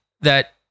that-